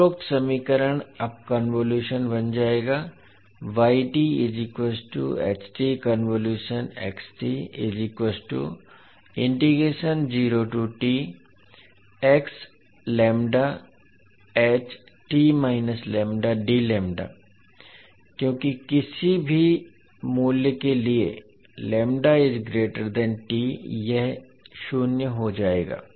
उपरोक्त समीकरण अब कन्वोलुशन बन जाएगा क्योंकि किसी भी मूल्य के लिए यह 0 हो जाएगा